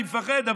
אבל אני מפחד,